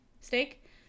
steak